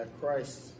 Christ